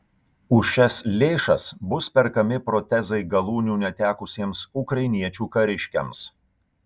už šias lėšas bus perkami protezai galūnių netekusiems ukrainiečių kariškiams